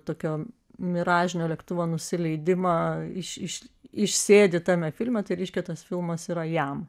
tokio miražinio lėktuvo nusileidimą iš iš išsėdi tame filme tai reiškia tas filmas yra jam